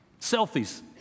selfies